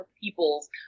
peoples